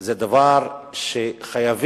זה דבר שחייבים,